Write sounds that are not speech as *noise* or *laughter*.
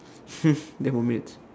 *breath* never mind